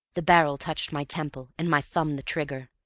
the barrel touched my temple, and my thumb the trigger.